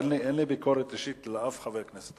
אין לי ביקורת אישית על אף חבר כנסת,